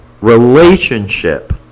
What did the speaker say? relationship